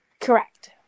correct